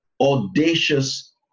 audacious